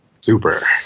Super